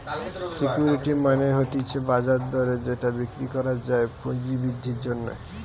security মানে হতিছে বাজার দরে যেটা বিক্রি করা যায় পুঁজি বৃদ্ধির জন্যে